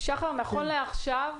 נכון לעכשיו,